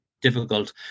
difficult